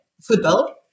football